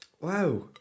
Wow